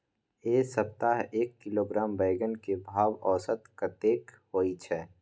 ऐ सप्ताह एक किलोग्राम बैंगन के भाव औसत कतेक होय छै?